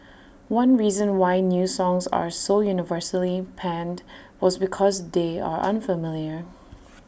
one reason why new songs are so universally panned was because they are unfamiliar